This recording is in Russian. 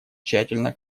тщательно